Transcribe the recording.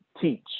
teach